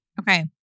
Okay